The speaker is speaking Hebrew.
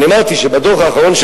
אמרתי שבדוח האחרון,